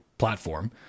platform